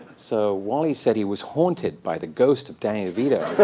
so wally said he was haunted by the ghost of danny devito